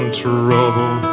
trouble